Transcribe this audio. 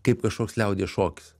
kaip kažkoks liaudies šokis